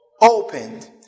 opened